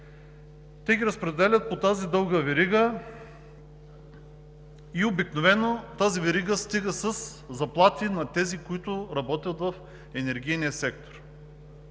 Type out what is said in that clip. Те ги разпределят по тази дълга верига и обикновено тази верига стига със заплати на тези, които работят в енергийния сектор.